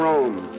Rome